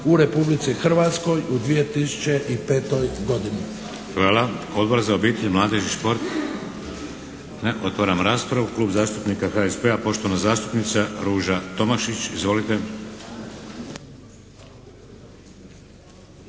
u Republici Hrvatskoj u 2005. godini.